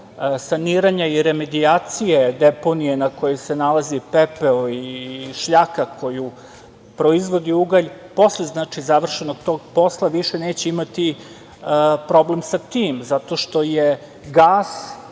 saniranja i remedijacije deponije na kojoj se nalaze pepeo i šljaka koju proizvodi ugalj, znači posle završenog tog posla, više neće imati problem sa tim zato što je gas,